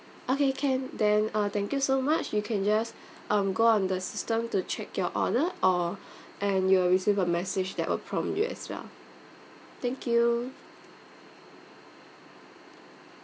okay can then uh thank you so much you can just um go on the system to check your order or and you will receive a message that'll prompt you as well thank you